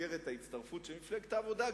במסגרת ההצטרפות של מפלגת העבודה,